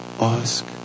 ask